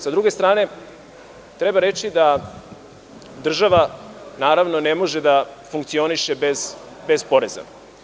Sa druge strane, treba reći da država ne može da funkcioniše bez poreza.